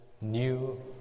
new